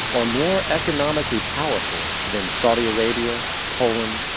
are more economically powerful than saudi arabia, poland,